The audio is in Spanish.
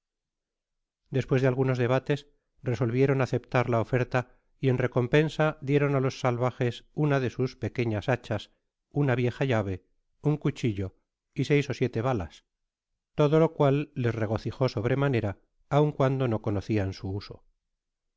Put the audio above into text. despues de algunos debeles resolvieron aceptarla oferta y en recompensa dieron á los salvajes una de sus pequ ñas hachas una vieja llave un cuchillo y seis ó siete balas todo lo cual les regocijó sobremanera aun cuando no conneian su uso